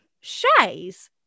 Shays